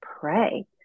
pray